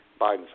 Biden